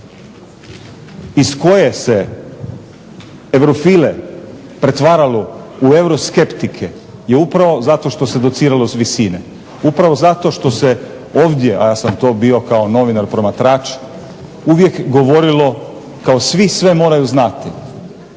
iz koje se eurofile pretvaralo u euroskeptike je upravo zato što se dociralo s visine, upravo zato što se ovdje, a ja sam to bio kao novinar promatrač, uvijek govorili kao svi sve moraju znati.